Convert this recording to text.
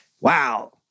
wow